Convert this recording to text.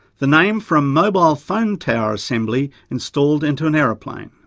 the name for a mobile phone tower assembly installed into an aeroplane.